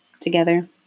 together